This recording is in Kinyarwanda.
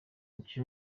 umukinnyi